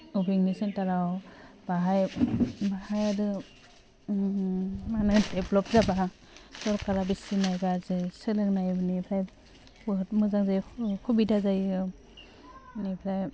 अबगयनि सेन्टाराव बाहाय बाहाय आरो उम मानि डेभ्लब जाबा सरकारा बेसे नायबासो सोलोंनायनिफ्राय बयबो मोजां जायो हबिदा जायो बिनिफ्राय